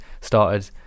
started